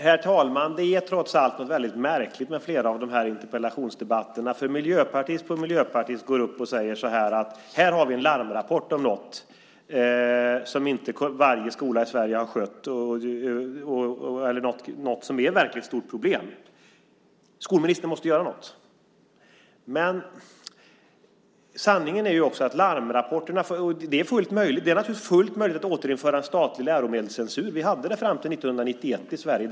Herr talman! Det är något märkligt med flera av dessa interpellationsdebatter. Miljöpartist efter miljöpartist går upp och pekar på någon larmrapport om något som inte varje skola i Sverige har skött. Man säger att det är ett stort problem och kräver att skolministern ska göra något. Det är naturligtvis fullt möjligt att återinföra en statlig läromedelscensur. Vi hade det fram till 1991.